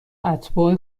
اتباع